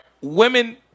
women